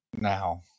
Now